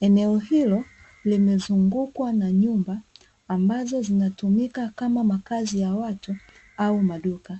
eneo hilo limezungukwa na nyumba ambazo zinatumika kama makazi ya watu au maduka.